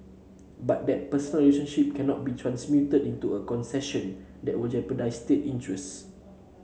but that personal relationship cannot be transmuted into a concession that will jeopardise state interests